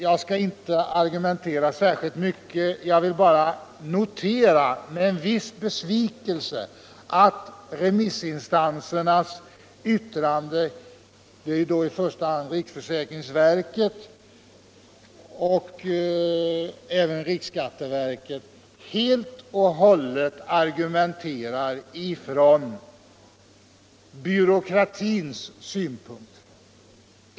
Jag skall inte argumentera särskilt mycket: jag vill bara notera, med en viss besvikelse, att remissinstansernas yttrande — i första hand riksförsäkringsverket och riksskatteverket — helt och hållet utgår från byråkratins synpunkt.